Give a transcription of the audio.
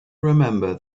remember